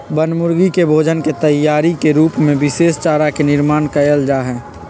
बनमुर्गी के भोजन के तैयारी के रूप में विशेष चारा के निर्माण कइल जाहई